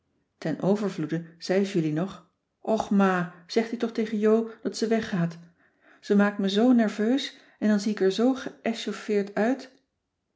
ten overvloede zei julie nog och ma zegt u toch tegen jo dat ze weggaat ze maakt me zoo nerveus en dan zie ik er zoo geéchauffeerd uit